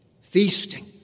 feasting